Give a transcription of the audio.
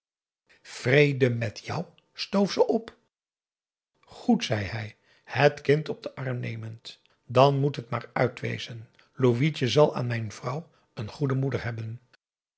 vrede met jou stoof ze op goed zei hij het kind op den arm nemend dan moet het maar uit wezen louitje zal aan mijn vrouw een goede moeder hebben